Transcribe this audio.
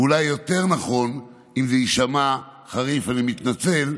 ואולי יותר נכון, אם זה יישמע חריף אני מתנצל,